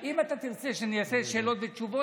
אם אתה תרצה שאני אעשה שאלות ותשובות,